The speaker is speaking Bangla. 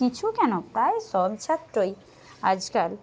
কিছু কেন প্রায় সব ছাত্রই আজকাল